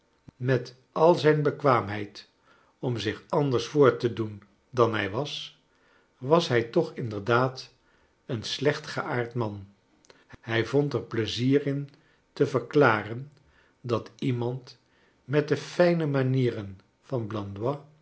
met al zijn bekwaamheid om zich anders voor te doen dan hij was was hij toch inderdaad een slechtgeaard man hij vond er plezier in te verklaren dat iemand met de fijne manieren van blandois